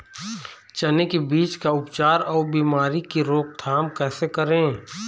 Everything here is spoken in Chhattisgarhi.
चने की बीज का उपचार अउ बीमारी की रोके रोकथाम कैसे करें?